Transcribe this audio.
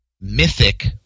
Mythic